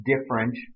different